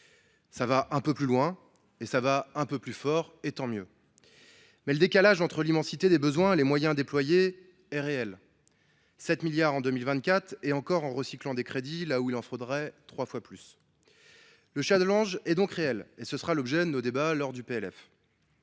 Ça va un peu plus loin et ça va un peu plus fort : tant mieux ! Néanmoins, le décalage entre l’immensité des besoins et les moyens déployés est réel : 7 milliards en 2024, et encore en recyclant des crédits là où il en faudrait trois fois plus. Le challenge est donc réel. Ce sera l’objet de nos débats lors de